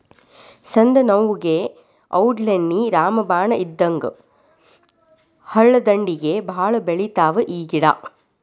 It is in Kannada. ಸಂದನೋವುಗೆ ಔಡ್ಲೇಣ್ಣಿ ರಾಮಬಾಣ ಇದ್ದಂಗ ಹಳ್ಳದಂಡ್ಡಿಗೆ ಬಾಳ ಬೆಳಿತಾವ ಈ ಗಿಡಾ